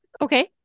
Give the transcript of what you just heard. Okay